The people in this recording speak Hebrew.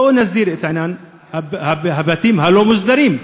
בואו נסדיר את העניין, את הבתים הלא-מוסדרים.